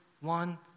one